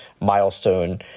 milestone